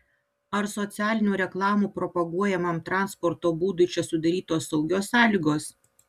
ar socialinių reklamų propaguojamam transporto būdui čia sudarytos saugios sąlygos